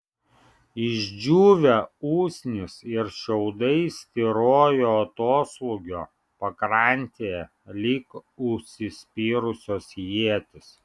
išdžiūvę usnys ir šiaudai styrojo atoslūgio pakrantėje lyg užsispyrusios ietys